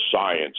science